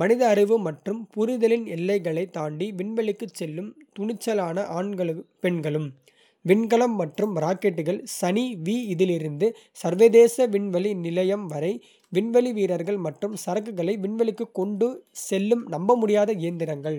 மனித அறிவு மற்றும் புரிதலின் எல்லைகளைத் தாண்டி விண்வெளிக்குச் செல்லும் துணிச்சலான ஆண்களும் பெண்களும். விண்கலம் மற்றும் ராக்கெட்டுகள் சனி V இலிருந்து சர்வதேச விண்வெளி நிலையம் வரை விண்வெளி வீரர்கள் மற்றும் சரக்குகளை விண்வெளிக்கு கொண்டு செல்லும் நம்பமுடியாத இயந்திரங்கள்.